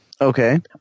Okay